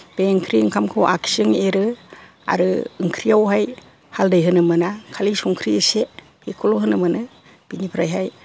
बे इंख्रि ओंखामखौ आगसिजों एरो आरो इंख्रियावहाय हालदै होनो मोना खालि संख्रै इसे बेखौल' होनो मोनो बिनिफ्रायहाय